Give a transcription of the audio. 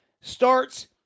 starts